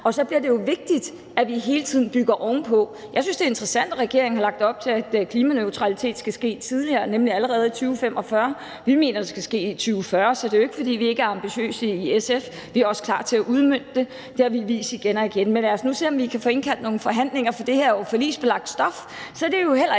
og så bliver det jo vigtigt, at vi hele tiden bygger ovenpå. Jeg synes, det er interessant, at regeringen har lagt op til, at en klimaneutralitet skal ske tidligere, nemlig allerede i 2045. Vi mener, at det skal ske i 2040, så det er jo ikke, fordi vi ikke er ambitiøse i SF. Vi er også klar til at udmønte det – det har vi vist igen og igen. Men lad os nu se, om vi kan få indkaldt til nogle forhandlinger, for det her er jo forligsbelagt stof. Så det er jo heller ikke